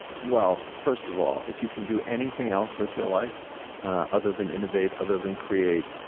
well, first of all, if you can do anything else with your life other than innovate, other than create,